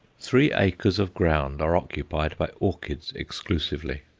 three acres of ground are occupied by orchids exclusively.